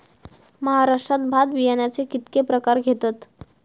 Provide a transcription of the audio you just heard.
महाराष्ट्रात भात बियाण्याचे कीतके प्रकार घेतत?